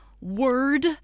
word